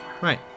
Right